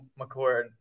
McCord